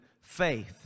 faith